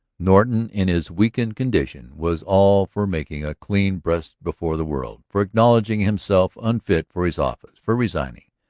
norton in his weakened condition was all for making a clean breast before the world, for acknowledging himself unfit for his office, for resigning.